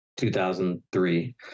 2003